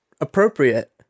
appropriate